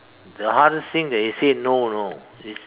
the hardest thing that you say no you know it's